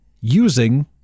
using